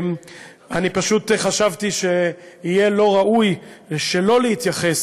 אני פשוט חשבתי שיהיה לא ראוי שלא להתייחס